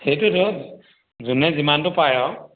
সেইটোৱেতো যোনে যিমানটো পাৰে আৰু